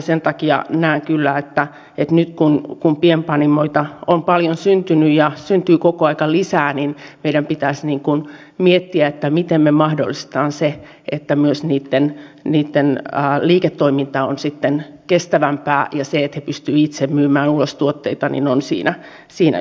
sen takia näen kyllä että nyt kun pienpanimoita on paljon syntynyt ja syntyy koko aika lisää niin meidän pitäisi miettiä miten me mahdollistamme sen että niitten liiketoiminta on sitten myös kestävämpää ja se että he pystyvät itse myymään ulos tuotteita on siinä yksi keino